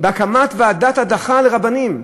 בהקמת ועדת הדחה לרבנים,